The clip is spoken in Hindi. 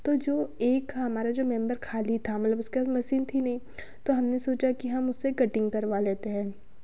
तो जो एक हमारा जो मेम्बर खाली था मतलब उसका मशीन थी नहीं तो हमने सोचा कि हम उससे कटिंग करवा लेते हैं